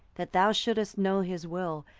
that thou shouldest know his will,